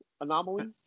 anomaly